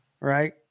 Right